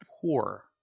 poor